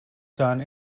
done